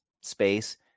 Space